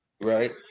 Right